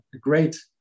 great